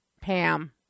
Pam